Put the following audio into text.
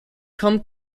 come